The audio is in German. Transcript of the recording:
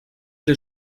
der